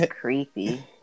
creepy